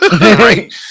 Right